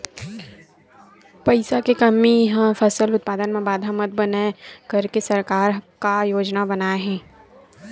पईसा के कमी हा फसल उत्पादन मा बाधा मत बनाए करके सरकार का योजना बनाए हे?